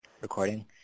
recording